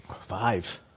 Five